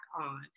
on